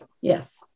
Yes